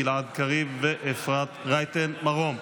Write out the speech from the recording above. גלעד קריב ואפרת רייטן מרום.